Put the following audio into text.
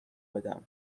بدم